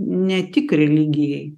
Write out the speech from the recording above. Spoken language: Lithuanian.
ne tik religijai